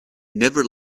never